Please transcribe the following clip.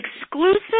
exclusive